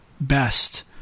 best